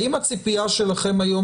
האם הציפייה שלכם היום,